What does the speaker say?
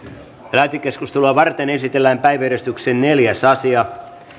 lähetekeskustelua varten esitellään päiväjärjestyksen neljäs asia